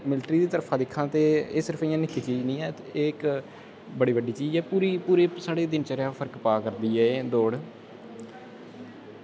military दी तरफ दिक्खां ते इक्क निक्की चीज निं ऐ ते एह् इक्क बड़ी बड्डी चीज ऐ पूरी पूरी इक्क साढ़ी दिनचर्या गी पार करदी ऐ एह् इक्क दौड़